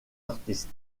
artistes